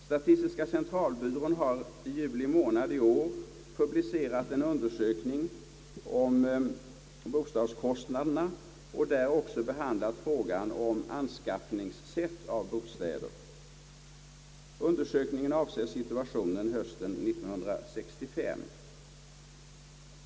Statistiska centralbyrån har i juli månad i år publicerat en undersökning om bostadskostnaderna och där också behandlat frågan om anskaffningssätt av bostäder. Undersökningen avser situationen hösten 1965.